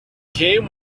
came